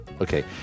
Okay